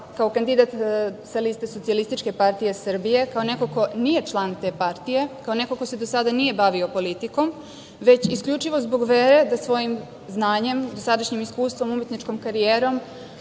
kao kandidat sa liste SPS, kao neko ko nije član te partije, kao neko ko se nije do sada bavio politikom, već isključivo zbog vere da svojim znanjem, dosadašnjim iskustvom, umetničkom karijerom